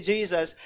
Jesus